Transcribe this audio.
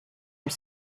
are